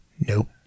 Nope